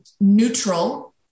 neutral